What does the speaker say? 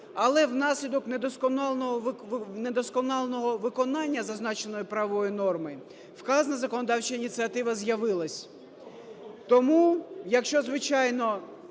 але внаслідок недосконалого виконання зазначеної правової норми вказана законодавча ініціатива з'явилася.